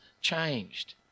changed